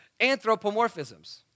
Anthropomorphisms